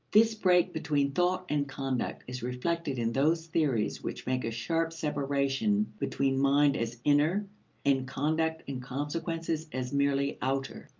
this break between thought and conduct is reflected in those theories which make a sharp separation between mind as inner and conduct and consequences as merely outer.